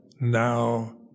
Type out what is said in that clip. now